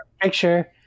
Picture